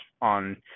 on